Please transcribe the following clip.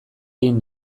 egin